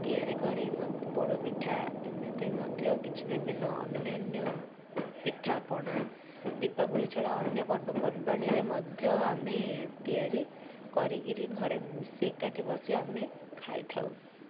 ତିଆରି କରି ପୋଡ଼ ପିଠା ଏମିତି ମଧ୍ୟ କିଛି ବିଭିନ୍ନ ଅନ୍ୟନ୍ୟ ପିଠାପଣା ଦୀପାବଳି ଛଡ଼ା ଅନ୍ୟ ପର୍ବପର୍ବାଣୀରେ ମଧ୍ୟ ଆମେ ତିଆରି କରିକିରି ଘରେ ମିଶି ଏକାଠି ବସି ଆମେ ଖାଇଥାଉ